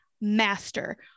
master